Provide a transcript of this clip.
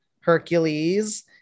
Hercules